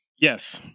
yes